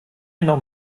noch